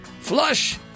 Flush